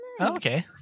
Okay